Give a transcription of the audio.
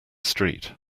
street